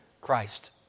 Christ